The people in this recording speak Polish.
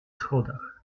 schodach